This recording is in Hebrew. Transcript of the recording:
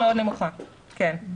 כן.